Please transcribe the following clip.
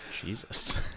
Jesus